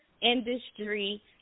industry